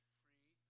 free